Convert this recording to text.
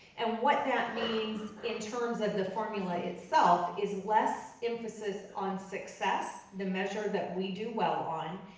and what that means in terms of the formula itself is less emphasis on success, the measure that we do well on,